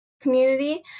community